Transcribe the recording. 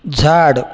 झाड